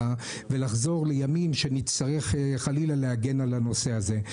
ולחזור לימים שנצטרך חלילה להגן על הנושא הזה.